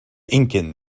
incan